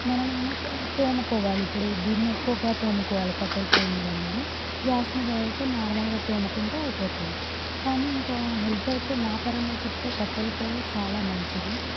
మనమేమో తోముకోవాలి ఇప్పుడు దీన్ని ఎక్కువుగా తోముకోవాలి కట్టెల పొయ్యి మీద ఉన్నది గ్యాస్ మీదది అయితే నార్మల్గా తోముకుంటే అయిపోతుంది కానీ ఇంక హెల్త్ అయితే నా పరంగా చెప్తే కట్టెల పొయ్యే చాలా మంచిది